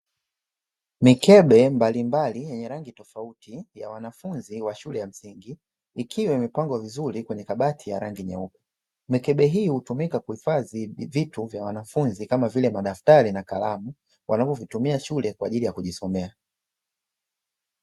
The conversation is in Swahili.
Mikebe mbalimbali yenye rangi tofauti ya wanafunzi wa shule ya msingi, ikiwa imepangwa vizuri kwenye kabati ya rangi nyeupe, mikebe hii hutumika kuhifadhi vitu vya wanafunzi kama vile madaftari na kalamu, wanavyovitumia shule kwa ajili ya kujisomea.